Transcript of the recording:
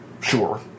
Sure